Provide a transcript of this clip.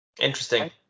Interesting